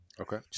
Okay